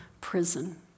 prison